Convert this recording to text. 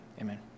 Amen